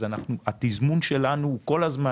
אז התזמון שלנו הוא כל הזמן